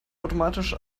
automatisch